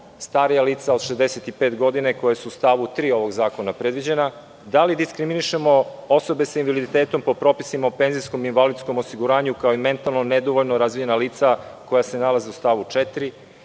starija lica od 65 godina koja su u stavu 3. ovog zakona predviđena? Da li diskriminišemo osobe sa invaliditetom po propisima o penzijskom i invalidskom osiguranju, kao i mentalno nedovoljno razvijena lica koja se nalaze u stavu 4?